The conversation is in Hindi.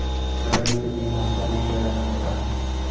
मटर में कितनी मात्रा में यूरिया डाला जाता है?